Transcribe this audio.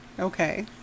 Okay